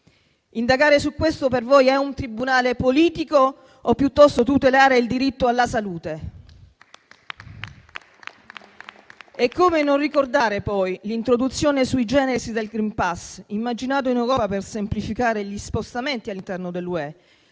Indagare su questo per voi è un tribunale politico o piuttosto tutelare il diritto alla salute? Come non ricordare, poi, l'introduzione *sui generis* del *green pass,* immaginato in Europa per semplificare gli spostamenti all'interno dell'Unione